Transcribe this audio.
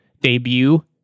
debut